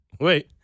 Wait